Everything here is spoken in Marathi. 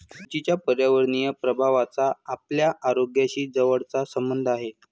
उंचीच्या पर्यावरणीय प्रभावाचा आपल्या आरोग्याशी जवळचा संबंध आहे